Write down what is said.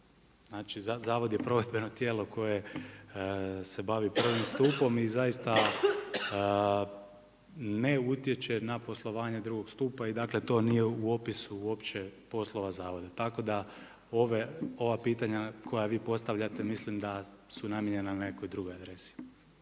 znači Zavod je provedbeno tijelo koje se bavi prvim stupom i zaista ne utječe na poslovanje II. stupa i dakle to nije u opisu uopće poslova Zavoda. Tako da ova pitanja koja vi postavljate mislim da su namijenjena nekoj drugoj adresi.